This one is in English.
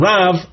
Rav